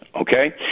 Okay